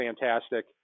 fantastic